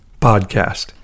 podcast